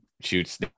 shoots